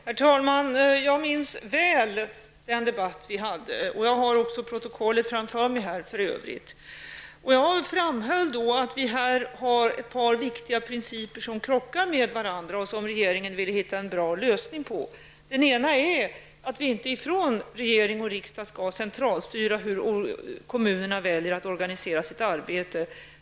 Herr talman! Jag minns väl den debatt som vi hade, och jag har för övrigt protokollet framför mig. Jag framhöll då att vi i detta sammanhang har ett par viktiga principer som krockar med varandra och som regeringen ville hitta en bra lösning på. Den ena är att vi från regering och riksdag inte skall centralstyra hur kommunerna väljer att organisera sitt arbete.